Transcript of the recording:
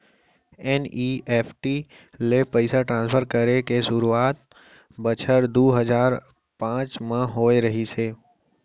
NEFT ले पइसा transfer करे के सुरूवात बछर दू हजार पॉंच म होय रहिस हे